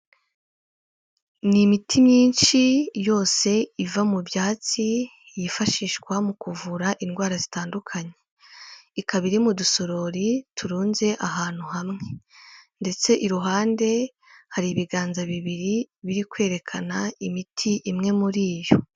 Ni imiti myinshi yose iva mu byatsi yifashishwa mu kuvura indwara zitandukanye, ikaba iri mu dusorori turunze ahantu hamwe ndetse iruhande hari ibiganza bibiri biri kwerekana imiti imwe muri iyo.